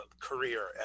career